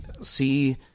see